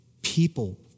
people